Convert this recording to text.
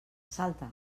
salta